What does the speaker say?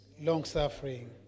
long-suffering